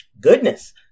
Goodness